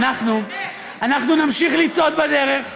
אנחנו נמשיך לצעוד בדרך,